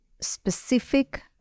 specific